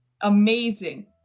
amazing